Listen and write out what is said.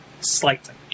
slightly